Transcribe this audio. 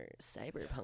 cyberpunk